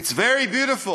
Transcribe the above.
it's very beautiful,